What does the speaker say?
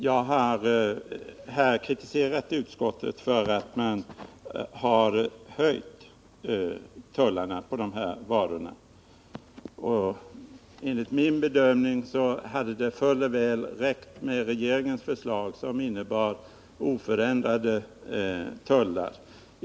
Herr talman! Jag har kritiserat utskottet för att utskottet föreslår en höjning av tullarna på dessa varor. Enligt min bedömning hade det fuller väl räckt med regeringens förslag som innebar oförändrade tullar.